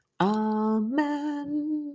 amen